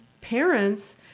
parents